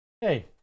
Hey